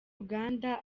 uganda